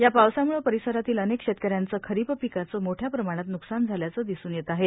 या पावसामुळे परिसरातील अनेक शेतकऱ्यांचे खरीप पिकाचे मोठ्या प्रमाणात नुकसान झाल्याचे दिसून येत आहेत